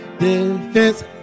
defense